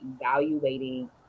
evaluating